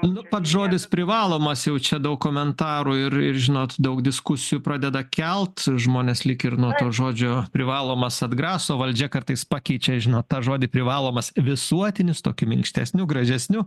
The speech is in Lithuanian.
nu pats žodis privalomas jau čia daug komentarų ir ir žinot daug diskusijų pradeda kelt žmonės lyg ir nuo žodžio privalomas atgraso valdžia kartais pakeičia žinot tą žodį privalomas visuotinis tokiu minkštesniu gražesniu